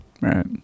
Right